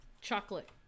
chocolate